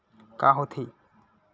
का होथे?